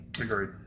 Agreed